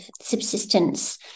subsistence